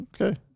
okay